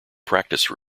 practice